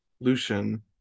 Lucian